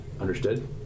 Understood